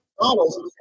models